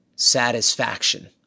Satisfaction